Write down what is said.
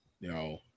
No